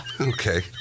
Okay